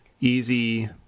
easy